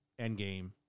Endgame